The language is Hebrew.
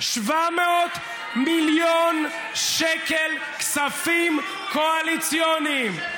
700 מיליון שקל, כספים קואליציוניים.